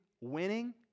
winning